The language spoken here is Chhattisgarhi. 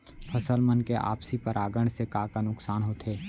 फसल मन के आपसी परागण से का का नुकसान होथे?